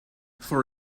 for